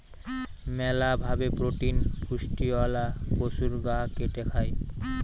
মেলা ভাবে প্রোটিন পুষ্টিওয়ালা পশুর গা কেটে খায়